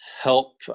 help